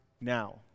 now